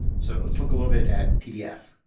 so let's look a little bit at pdf.